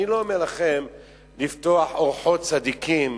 אני לא אומר לכם לפתוח "אורחות צדיקים"